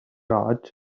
raj